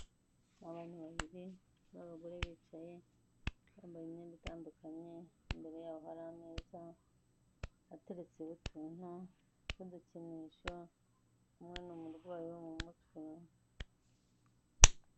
Abantu babiri b'abagore bicaye, bambaye imyenda itandukanye, imbere yabo hari ameza ateretseho utuntu tw'udukinisho, umwe ni umurwayi wo mu mutwe.